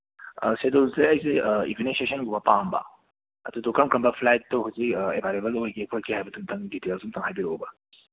ꯑꯥ ꯁꯦꯗꯨꯜꯁꯦ ꯑꯩꯁꯤ ꯏꯚꯤꯅꯤꯡ ꯁꯦꯁꯟꯒꯨꯝꯕ ꯄꯥꯝꯕ ꯑꯗꯨꯗꯣ ꯀꯔꯝ ꯀꯔꯝꯕ ꯐ꯭ꯂꯥꯏꯠꯇꯨ ꯍꯧꯖꯤꯛ ꯑꯦꯕꯥꯏꯂꯦꯕꯜ ꯑꯣꯏꯒꯦ ꯈꯣꯠꯀꯦ ꯍꯥꯏꯕꯗꯨꯝꯇꯪ ꯗꯤꯇꯦꯜꯁ ꯑꯝꯇꯪ ꯍꯥꯏꯕꯤꯔꯛꯎꯕ